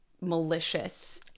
malicious